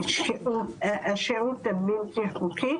השהות הבלתי חוקי,